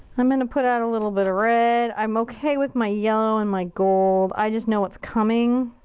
i'm gonna put out a little bit of red. i'm ok with my yellow and my gold. i just know what's coming.